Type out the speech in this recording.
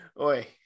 Oi